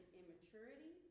immaturity